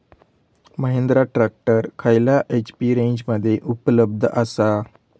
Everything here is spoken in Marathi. महिंद्रा ट्रॅक्टर खयल्या एच.पी रेंजमध्ये उपलब्ध आसा?